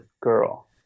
girl